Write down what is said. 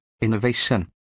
innovation